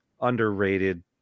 underrated